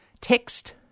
Text